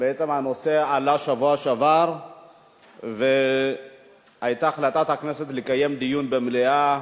בעצם הנושא עלה בשבוע שעבר והיתה החלטת הכנסת לקיים דיון במליאה.